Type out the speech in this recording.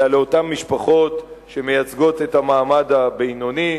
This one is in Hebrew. אלא לאותן משפחות שמייצגות את המעמד הבינוני.